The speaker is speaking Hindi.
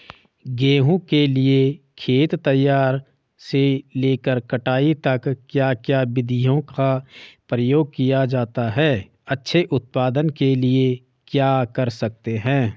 गेहूँ के लिए खेत तैयार से लेकर कटाई तक क्या क्या विधियों का प्रयोग किया जाता है अच्छे उत्पादन के लिए क्या कर सकते हैं?